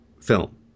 film